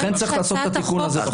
לכן צריך לעשות את התיקון הזה בחוק.